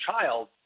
child